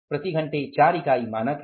प्रति घंटे 4 इकाई है